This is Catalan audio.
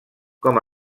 com